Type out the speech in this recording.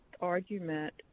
argument